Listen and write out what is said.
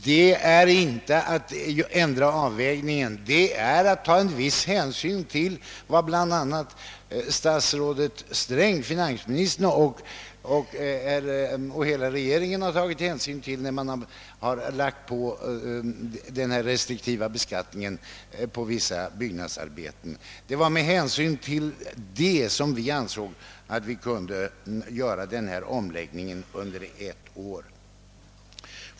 Detta innebär inte någon ändrad avvägning, utan det innebär att vi tagit en viss hänsyn till de motiv som finansministern och hela regeringen haft när man infört investeringsavgift på vissa byggnadsarbeten. Det var med hänsyn härtill som vi ansåg att vi kunde göra denna besparing under ett år.